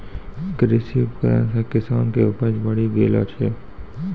कृषि उपकरण से किसान के उपज बड़ी गेलो छै